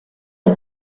had